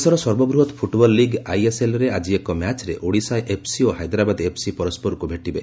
ଖେଳ ଦେଶର ସର୍ବବୃହତ୍ ଫୁଟବଲ୍ ଲିଗ୍ ଆଇଏସ୍ଏଲ୍ରେ ଆଜି ଏକ ମ୍ୟାଚ୍ରେ ଓଡ଼ିଶା ଏଫ୍ସି ଓ ହାଇଦ୍ରାବାଦ ଏଫ୍ସି ପରସ୍ଗରକୁ ଭେଟିବେ